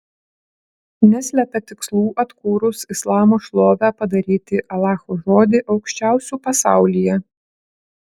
neslepia tikslų atkūrus islamo šlovę padaryti alacho žodį aukščiausiu pasaulyje